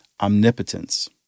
omnipotence